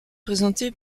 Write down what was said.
présenté